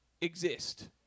exist